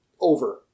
Over